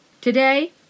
Today